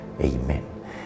Amen